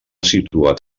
situat